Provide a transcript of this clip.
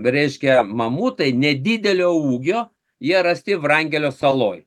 reiškia mamutai nedidelio ūgio jie rasti vrangelio saloj